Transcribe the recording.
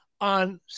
on